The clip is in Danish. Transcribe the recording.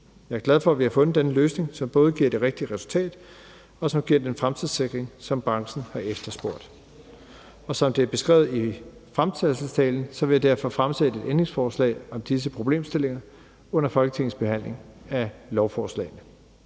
Jeg er glad for, at vi har fundet denne løsning, som både giver det rigtige resultat, og som giver den fremtidssikring, som branchen har efterspurgt. Som det er beskrevet i fremsættelsestalen, ville jeg derfor stille et ændringsforslag om disse problemstillinger under Folketingets behandling af lovforslagene.